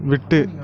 விட்டு